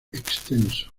extenso